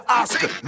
oscar